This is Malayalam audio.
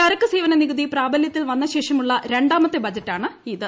ചരക്കു സേവന നികുതി പ്രാബലൃത്തിൽ വന്ന ശേഷമുളള രണ്ടാമത്തെ ബജറ്റാണ് ഇത്